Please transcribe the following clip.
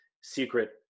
secret